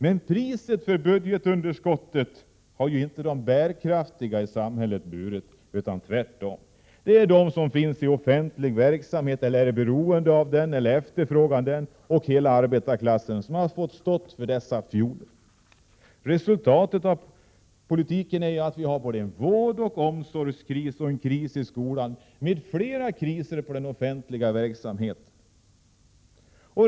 Men priset för budgetunderskottet har inte de bärkraftiga i samhället betalat. Det är tvärtom de som finns i den offentliga verksamheten, som är beroende av den eller som efterfrågar den, samt hela arbetarklassen som har fått stå för dessa fioler. Resultatet av politiken är att vi har både en vårdoch en omsorgskris, en kris i skolan samt flera kriser inom den offentliga verksamheten.